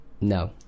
no